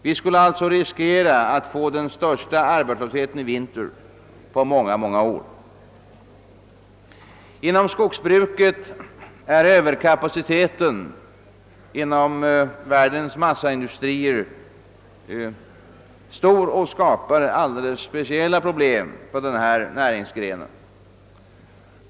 Vi skulle alltså i vinter riskera att få den största arbetslöshet vi haft på många, många år. Den stora överkapaciteten inom världens massaindustrier skapar alldeles speciella problem för skogsbruket.